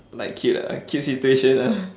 like cute ah cute situation ah